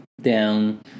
down